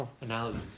Analogy